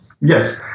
Yes